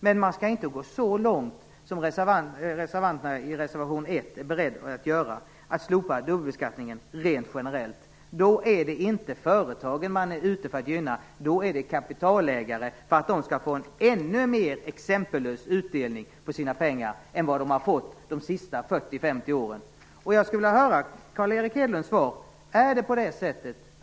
Men man skall inte gå så långt som reservanterna i reservation nr 1 är beredda att göra och slopa dubbelbeskattningen rent generellt. Då är man inte ute efter att gynna företagen. Då är man ute efter att gynna kapitalägare för att de skall få en ännu mer exempellös utdelning på sina pengar än vad de har fått under de senaste 40-50 åren. Jag skulle vilja höra Carl Erik Hedlund svara på min fråga.